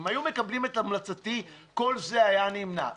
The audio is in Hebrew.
אם היו מקבלים את המלצתי כל זה היה נמנע.